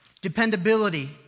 dependability